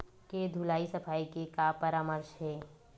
के धुलाई सफाई के का परामर्श हे?